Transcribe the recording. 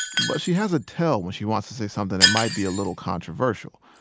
but she has a tell when she wants to say something that might be a little controversial.